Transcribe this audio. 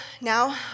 now